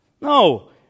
No